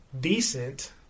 decent